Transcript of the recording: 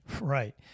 Right